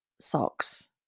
socks